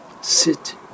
sit